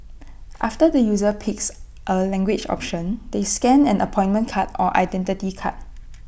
after the user picks A language option they scan an appointment card or Identity Card